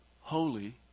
holy